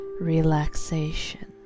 relaxation